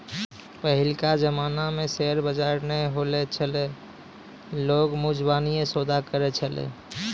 पहिलका जमाना मे शेयर बजार नै होय छलै लोगें मुजबानीये सौदा करै छलै